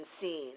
seen